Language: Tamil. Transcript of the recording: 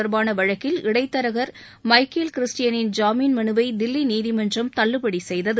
தொடர்பான வழக்கில் இடைத்தரகர் கிறிஸ்டின் மைக்கேலின் ஜாமீன் மனுவை தில்லி நீதிமன்றம் தள்ளுபடி செய்தது